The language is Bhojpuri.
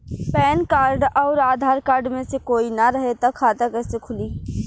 पैन कार्ड आउर आधार कार्ड मे से कोई ना रहे त खाता कैसे खुली?